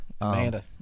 Amanda